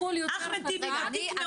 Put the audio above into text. אחמד טיבי ותיק מאוד,